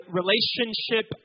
relationship